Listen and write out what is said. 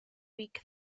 week